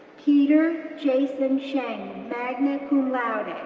peter jason cheng, magna cum laude,